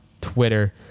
Twitter